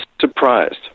surprised